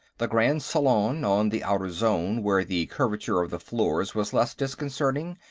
the grand salon, on the outer zone where the curvature of the floors was less disconcerting,